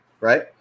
right